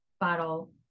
bottle